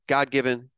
God-given